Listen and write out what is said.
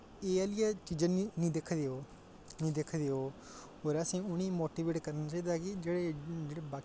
एह् आह्लियां चीजां निं नेईं दिखदे ओह् नेईं दिखदे ओह् और असें उ'नें ई मोटिवेट करना चाहिदा कि जेह्ड़े जेह्ड़े बाकी